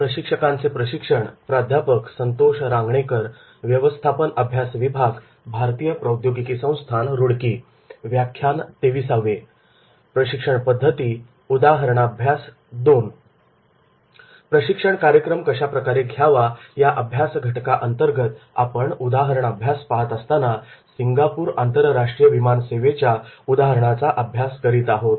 प्रशिक्षण कार्यक्रम कशा प्रकारे घ्यावा या अभ्यासघटकाअंतर्गत आपण उदाहरणअभ्यास पाहत असताना सिंगापूर आंतरराष्ट्रीय विमान सेवेच्या उदाहरणाचा अभ्यास करीत आहोत